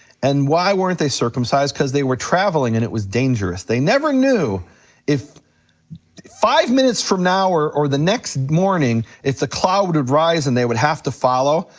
and why weren't they circumcised, cause they were traveling and it was dangerous. they never knew if five minutes from now, or or the next morning, if the cloud would rise and they would have to follow,